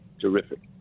terrific